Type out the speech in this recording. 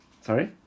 Sorry